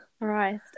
right